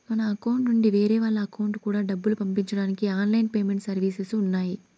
మన అకౌంట్ నుండి వేరే వాళ్ళ అకౌంట్ కూడా డబ్బులు పంపించడానికి ఆన్ లైన్ పేమెంట్ సర్వీసెస్ ఉన్నాయి